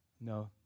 No